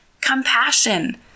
compassion